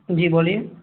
جی بولیے